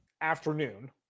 afternoon